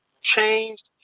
changed